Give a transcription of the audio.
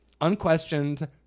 Unquestioned